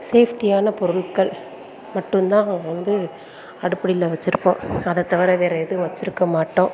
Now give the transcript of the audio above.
சேஃப்டியான பொருட்கள் மட்டும்தான் நான் வந்து அடுப்படியில் வெச்சி இருப்போம் அதை தவிர வேறு எதுவும் வெச்சி இருக்க மாட்டோம்